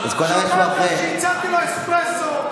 שמעת שהצעתי לו אספרסו,